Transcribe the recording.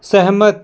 सहमत